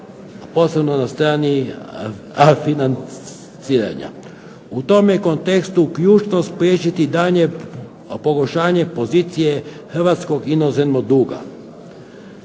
posebno na strani financiranja. U tome kontekstu je ključno spriječiti daljnje pogoršanje pozicije Hrvatskog inozemnog duga.